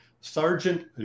Sergeant